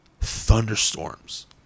thunderstorms